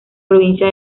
provincia